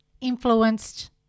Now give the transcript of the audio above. influenced